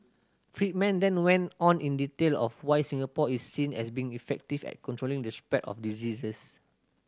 Friedman then went on in detail of why Singapore is seen as being effective at controlling the spread of diseases